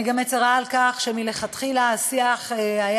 אני גם מצרה על כך שמלכתחילה השיח היה,